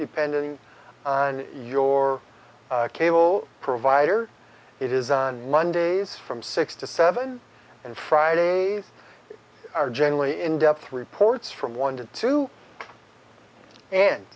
depending on your cable provider it is on mondays from six to seven and fridays are generally in depth reports from one to two and